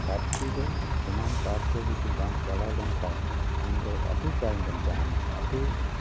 ᱫᱷᱟᱹᱨᱛᱤ ᱨᱮ ᱥᱚᱢᱟᱱ ᱛᱟᱞ ᱛᱮ ᱡᱩᱫᱤ ᱵᱟᱢ ᱪᱟᱞᱟᱣ ᱞᱮᱱᱠᱷᱟᱡ ᱟᱢ ᱫᱚ ᱟᱹᱰᱤ ᱛᱟᱭᱚᱢ ᱨᱮᱢ ᱛᱟᱦᱮᱱᱟ ᱟᱹᱰᱤ